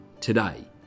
today